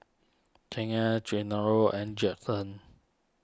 Chyna Genaro and Judson